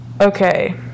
Okay